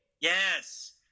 Yes